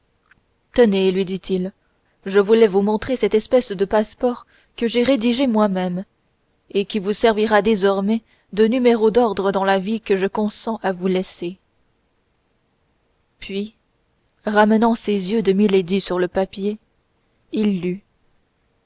tenez lui dit-il je voulais vous montrer cette espèce de passeport que j'ai rédigé moi-même et qui vous servira désormais de numéro d'ordre dans la vie que je consens à vous laisser puis ramenant ses yeux de milady sur le papier